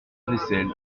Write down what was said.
vaisselle